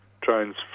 trains